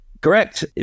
correct